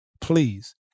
Please